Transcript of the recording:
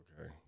Okay